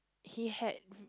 he had